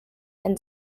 and